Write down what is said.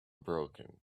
broken